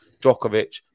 Djokovic